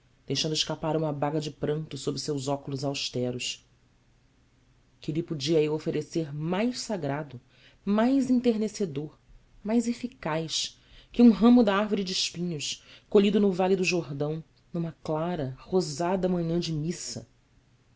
deixando escapar uma baga de pranto sob seus óculos austeros que lhe podia eu oferecer mais sagrado mais enternecedor mais eficaz que um ramo da árvore de espinhos colhido no vale do jordão numa clara rosada manhã de missa